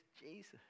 Jesus